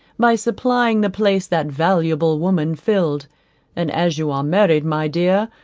by supplying the place that valuable woman filled and as you are married, my dear,